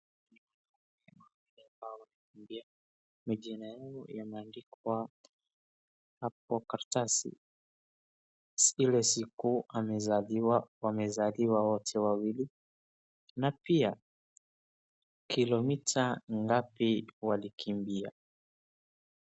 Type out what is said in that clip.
Watu wawili ambao wanakimbia, majina yao yameandikwa hapo karatasi, zile siku amezaliwa, wamezaliwa wote wawili na pia kilomita ngapi walikimbia.